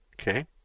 Okay